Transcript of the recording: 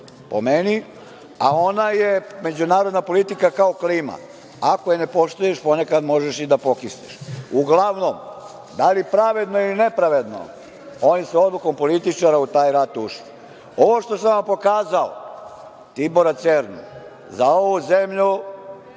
po meni, a on je međunarodna politika kao klima, ako je ne poštuješ ponekad možeš i pokisneš. Uglavnom, da li pravedno ili nepravedno, oni su odlukom političara u taj rat ušli. Ovo što sam vam pokazao, Tibora Cernu, „Za ovu zemlju